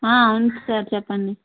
అవును సార్ చెప్పండి